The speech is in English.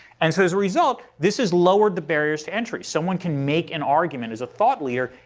and so as a result, this has lowered the barriers to entry. someone can make an argument as a thought leader,